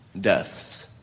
deaths